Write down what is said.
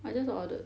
I just ordered